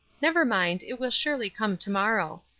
never mind, it will surely come to-morrow.